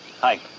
Hi